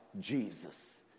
Jesus